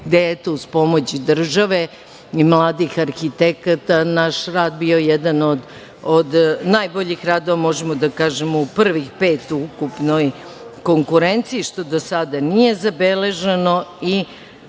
gde je uz pomoć države i mladih arhitekta naš rad bio jedan od najboljih radova, možemo da kažemo u privih pet u ukupnoj konkurenciji što do sada nije zabeleženo. Najvažnije